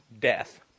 death